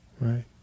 Right